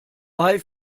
bei